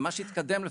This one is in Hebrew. מה שהתקדם לפחות,